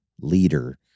leader